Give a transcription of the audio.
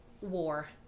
war